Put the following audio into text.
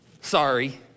Sorry